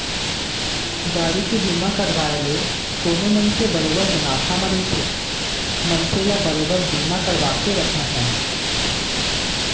गाड़ी के बीमा करवाय ले कोनो मनसे बरोबर मुनाफा म रहिथे मनसे ल बरोबर बीमा करवाके रखना चाही